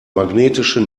magnetische